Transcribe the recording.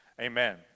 Amen